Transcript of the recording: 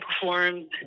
performed